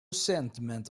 sentiment